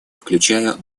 включая